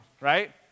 right